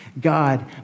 God